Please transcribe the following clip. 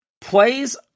Plays